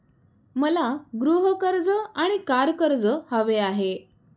मला गृह कर्ज आणि कार कर्ज हवे आहे